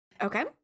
Okay